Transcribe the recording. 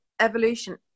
evolution